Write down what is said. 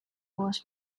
was